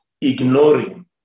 ignoring